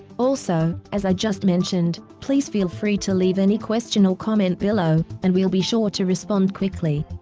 also, as i just mentioned, please feel free to leave any question or comment below, and we will be sure to respond quickly.